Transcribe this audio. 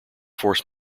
force